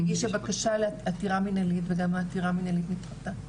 היא הגישה בקשה לעתירה מנהלית וגם העתירה המנהלית נדחתה.